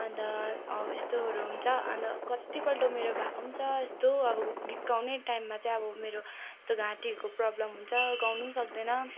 अन्त हो यस्तोहरू हुन्छ अन्त कत्तिपल्ट मेरो भएको पनि छ यस्तो अब गीत गाउने टाइममा चाहिँ अब मेरो यस्तो घाँटीहरूको प्रब्लम हुन्छ गाउनु पनि सकिँदैन